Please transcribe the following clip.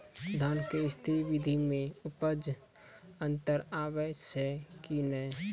धान के स्री विधि मे उपज मे अन्तर आबै छै कि नैय?